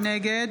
נגד